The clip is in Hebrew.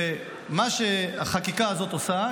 מה שהחקיקה הזאת עושה,